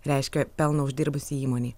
reiškia pelną uždirbusiai įmonei